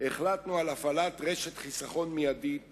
החלטנו על הפעלת רשת חיסכון מיידית